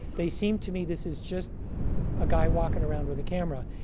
they seem to me, this is just a guy walking around with a camera.